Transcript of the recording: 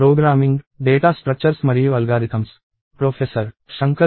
అందరికీ నమస్కారం